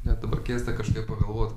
net dabar keista kažkaip pagalvot